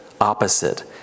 opposite